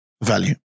value